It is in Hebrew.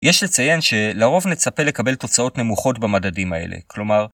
יש לציין שלרוב נצפה לקבל תוצאות נמוכות במדדים האלה, כלומר...